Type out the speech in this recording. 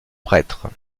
prêtre